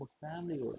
family